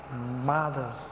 mothers